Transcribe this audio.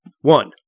One